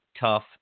tough